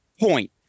point